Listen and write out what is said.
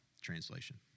translation